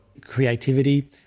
creativity